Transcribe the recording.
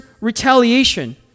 retaliation